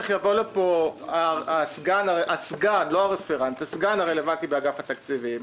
שהסגן הרלוונטי באגף התקציבים